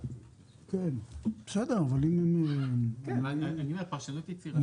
אני אומר פרשנות יצירתית זה מצוין,